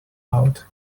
out